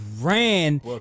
ran